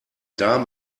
darm